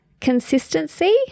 Consistency